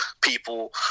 people